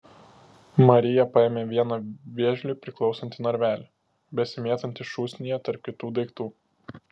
marija paėmė vieną vėžliui priklausantį narvelį besimėtantį šūsnyje tarp kitų daiktų